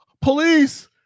Police